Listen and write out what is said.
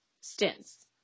stints